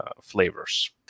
flavors